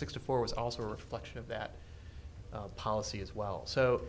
sixty four was also a reflection of that policy as well so